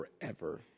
forever